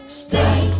stay